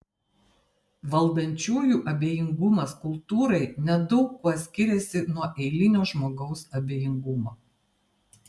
valdančiųjų abejingumas kultūrai nedaug kuo skiriasi nuo eilinio žmogaus abejingumo